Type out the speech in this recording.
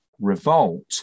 revolt